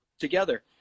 together